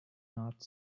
not